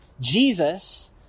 Jesus